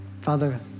Father